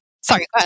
Sorry